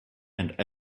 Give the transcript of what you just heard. and